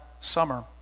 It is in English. summer